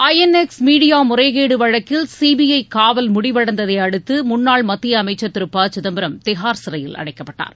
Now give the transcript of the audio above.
ஐ N X Media முறைகேடு வழக்கில் CBI காவல் முடிவடைந்ததையடுத்து முன்னாள் மத்திய அமைச்சர் திரு ப சிதம்பரம் திகார் சிறையில் அடைக்கப்பட்டார்